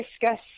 discuss